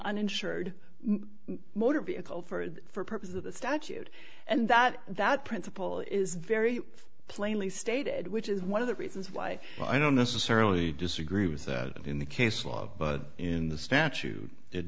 uninsured motor vehicle for the for purposes of the statute and that that principle is very plainly stated which is one of the reasons why i don't necessarily disagree with that in the case law but in the statute